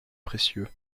précieux